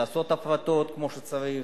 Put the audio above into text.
לעשות הפרטות כמו שצריך,